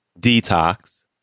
Detox